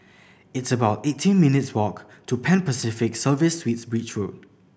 it's about eighteen minutes' walk to Pan Pacific Serviced Suites Beach Road